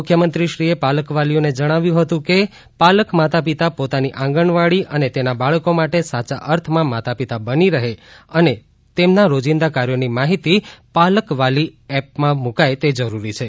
મુખ્યમંત્રીશ્રીએ પાલકવાલીઓને જણાવ્યું હતું કે પાલક માતા પિતા પોતાની આંગણવાડી અને તેના બાળકો માટે સાયા અર્થમાં માતા પિતા બની રહે અને તેમના રોજીંદા કાર્યોની માહિતી પાલકવાલી એપમાં મૂકાય તે જરૂરી છે